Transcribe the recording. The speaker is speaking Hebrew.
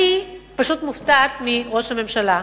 אני פשוט מופתעת מראש הממשלה,